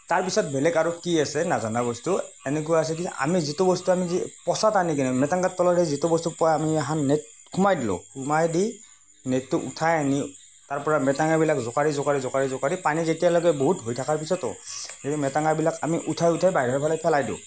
তাৰপিছত বেলেগ আৰু কি আছে নাজানা বস্তু এনেকুৱা আছে কিন্তু আমি যিটো বস্তু আমি যি পঁচাত আনি কিনে মেটেঙাৰ তলত সেই যিটো বস্তুৰ পৰা আমি এখান নেট সোমাই দিলোঁ সোমাই দি নেটটো উঠাই আনি তাৰ পৰা মেটেঙাবিলাক জোকাৰি জোকাৰি জোকাৰি জোকাৰি পানী যেতিয়ালৈকে বহুত হৈ থাকাৰ পিছতো মেটেঙাবিলাক আমি উঠাই উঠাই বাহিৰৰ ফালে ফেলাই দিওঁ